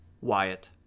Wyatt